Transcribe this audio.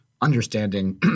understanding